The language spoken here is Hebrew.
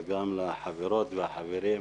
וגם לחברות ולחברים,